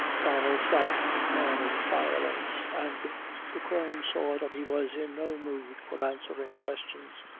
donnel sat down in silence, and the crone saw that he was in no mood for answering questions,